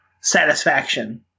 satisfaction